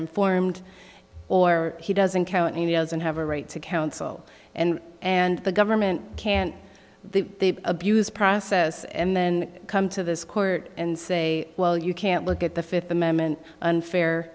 informed or he doesn't count he doesn't have a right to counsel and and the government can't abuse process and then come to this court and say well you can't look at the fifth amendment unfair